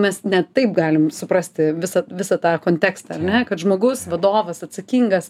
mes ne taip galim suprasti visą visą tą kontekstą ar ne kad žmogus vadovas atsakingas